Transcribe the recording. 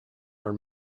are